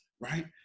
right